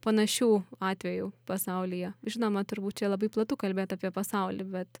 panašių atvejų pasaulyje žinoma turbūt čia labai platu kalbėt apie pasaulį bet